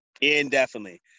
indefinitely